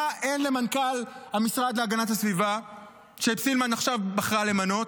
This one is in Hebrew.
מה אין למנכ"ל המשרד להגנת הסביבה שסילמן עכשיו בחרה למנות?